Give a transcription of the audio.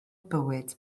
bywyd